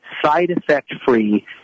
side-effect-free